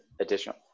additional